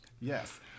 Yes